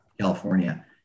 California